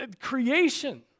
creation